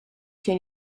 się